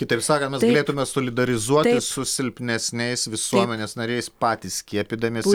kitaip sakant mes galėtume solidarizuotis su silpnesniais visuomenės nariais patys skiepydamiesi